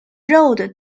road